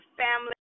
family